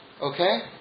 Okay